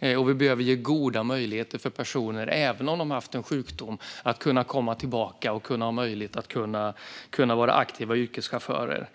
det. Och vi behöver ge goda möjligheter för personer, även om de har haft en sjukdom, att komma tillbaka och vara aktiva yrkeschaufförer.